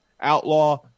Outlaw